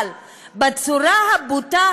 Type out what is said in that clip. אבל בצורה הבוטה,